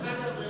דרך אגב,